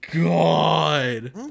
God